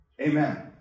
Amen